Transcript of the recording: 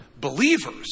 Believers